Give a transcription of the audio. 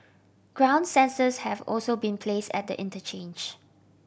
ground sensors have also been place at the interchange